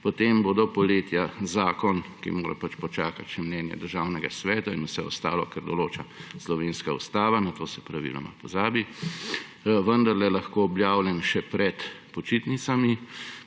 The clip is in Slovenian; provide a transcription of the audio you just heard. Potem bo do poletja zakon, ki mora počakati še mnenje Državnega sveta in vse ostalo, kar določa slovenska ustava, na to se praviloma pozabi, vendarle lahko objavljen še pred počitnicami,